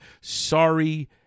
Sorry